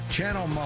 Channel